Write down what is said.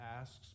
asks